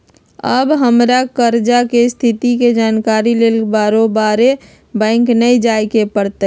अब हमरा कर्जा के स्थिति के जानकारी लेल बारोबारे बैंक न जाय के परत्